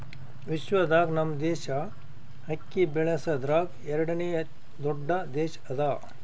ವಿಶ್ವದಾಗ್ ನಮ್ ದೇಶ ಅಕ್ಕಿ ಬೆಳಸದ್ರಾಗ್ ಎರಡನೇ ದೊಡ್ಡ ದೇಶ ಅದಾ